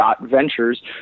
Ventures